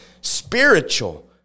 spiritual